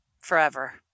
Forever